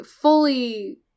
fully